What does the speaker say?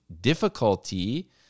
difficulty